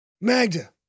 Magda